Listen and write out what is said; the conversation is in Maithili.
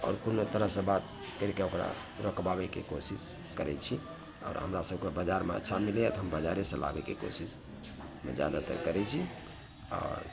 आओर कोनो तरहसँ बात करिके ओकरा रोकबाबैके कोशिश करैत छी आओर हमरा सभकऽ बाजारमे अच्छा मिलैये तऽ हम बजारेसँ लाबैके कोशिशमे जादातर करैत छी आओर